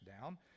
down